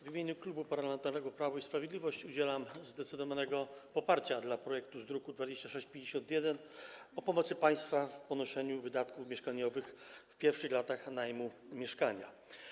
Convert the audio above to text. W imieniu Klubu Parlamentarnego Prawo i Sprawiedliwość udzielam zdecydowanego poparcia dla projektu z druku nr 2651 o pomocy państwa w ponoszeniu wydatków mieszkaniowych w pierwszych latach najmu mieszkania.